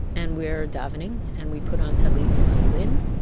and we're davening. and we put on talit and tefillin,